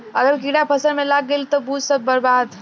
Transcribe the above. अगर कीड़ा फसल में लाग गईल त बुझ सब बर्बाद